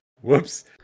Whoops